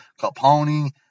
capone